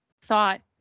thought